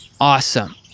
awesome